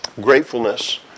gratefulness